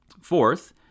Fourth